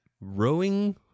Rowing